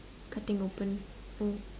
cutting open oh